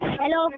hello